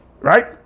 right